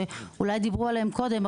שאולי דיברו עליהן קודם,